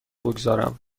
بگذارم